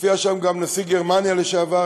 הופיע שם גם נשיא גרמניה לשעבר,